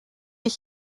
ich